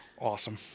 awesome